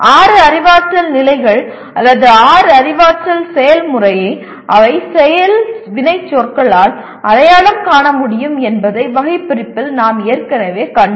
ஆறு அறிவாற்றல் நிலைகள் அல்லது ஆறு அறிவாற்றல் செயல்முறையை அவை செயல் வினைச்சொற்களால் அடையாளம் காண முடியும் என்பதை வகைபிரிப்பில் நாம் ஏற்கனவே கண்டோம்